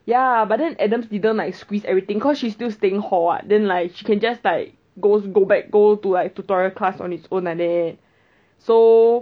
ya but then adams didn't like squeeze everything cause she's still staying hall what then like she can just like go go back go to like tutorial class on its own like that so